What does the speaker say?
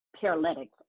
paralytics